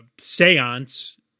seance